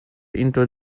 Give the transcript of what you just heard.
into